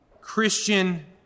Christian